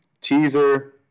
teaser